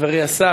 חברי השר,